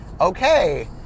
okay